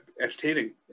entertaining